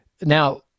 Now